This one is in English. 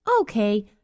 Okay